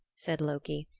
said loki.